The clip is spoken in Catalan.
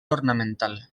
ornamental